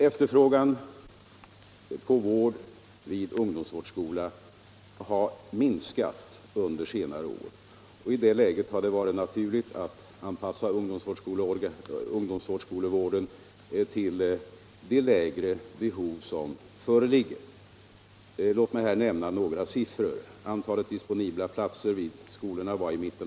Efterfrågan på vård i ungdomsvårdsskola har minskat under senare år. I det läget har det varit naturligt att anpassa ungdomsvårdsskolevården till det minskade behov som föreligger. Låt mig här nämna några siffror.